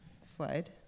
slide